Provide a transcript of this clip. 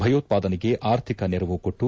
ಭಯೋತ್ಪಾದನೆಗೆ ಆರ್ಥಿಕ ನೆರವು ಕೊಟ್ಟು